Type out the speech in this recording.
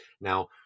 Now